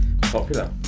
Popular